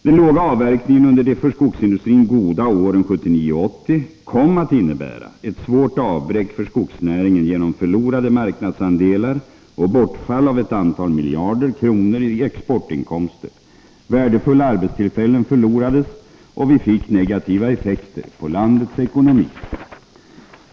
Den låga avverkningen under de för skogsindustrin goda åren 1979 och 1980 kom att innebära ett svårt avbräck för skogsnäringen genom förlorade marknadsandelar och bortfall av ett antal miljarder kronor i exportinkomster. Värdefulla arbetstillfällen förlorades, och vi fick negativa effekter på landets ekonomi.